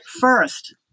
first